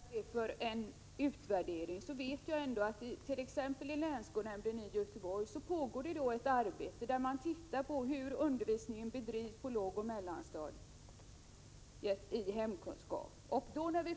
Herr talman! Ja, även om inte Larz Johansson kallar det för utvärdering vet jag att det t.ex. i länsskolnämnden i Göteborg pågår ett arbete där man tar reda på hur undervisningen i hemkunskap bedrivs på lågoch mellanstadiet. När vi